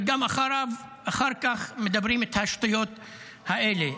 וגם אחר כך אומרים את השטויות האלה.